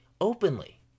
openly